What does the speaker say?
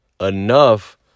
enough